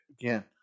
again